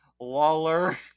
Lawler